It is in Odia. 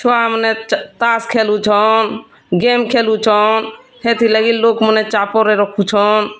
ଛୁଆମାନେ ଚା ତାସ୍ ଖେଲୁଛନ୍ ଗେମ୍ ଖେଲୁଛନ୍ ହେତିର୍ଲାଗି ଲୋକ୍ମାନେ ଚାପରେ ରହୁଛନ୍